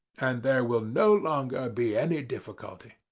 and there will no longer be any difficulty.